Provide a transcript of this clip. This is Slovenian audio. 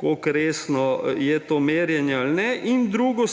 koliko resno je to merjenje ali ne. In drugo,